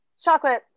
Chocolate